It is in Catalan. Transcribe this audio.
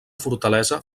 fortalesa